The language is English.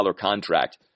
contract